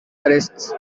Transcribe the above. arrests